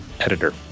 editor